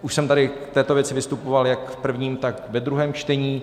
Už jsem tady k této věci vystupoval jak v prvním, tak ve druhém čtení.